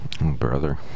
Brother